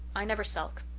i never sulk.